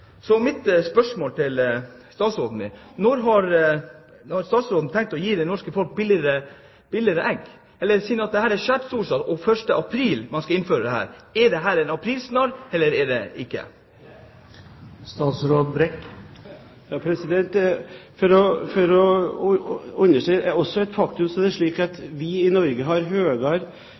Mitt spørsmål til statsråden er: Når har statsråden tenkt å gi det norske folk billigere egg? Siden det er på skjærtorsdag man skal innføre dette – 1. april – er det en aprilsnarr, eller er det ikke? For å understreke et faktum: Det er faktisk slik at vi i Norge har